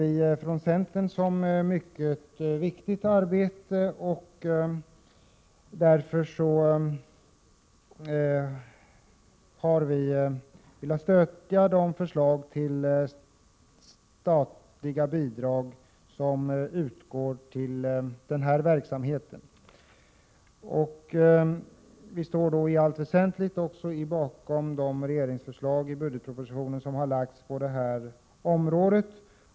Vi från centern ser dessa organisationers arbete som mycket viktigt. Därför har vi velat stödja förslagen om statliga bidrag till denna verksamhet. Vi står i allt väsentligt bakom de regeringsförslag som har lagts fram i budgetpropositionen på detta område.